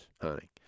hunting